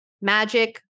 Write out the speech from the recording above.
Magic